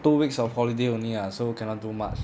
two weeks of holiday only lah so cannot do much